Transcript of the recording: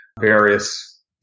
various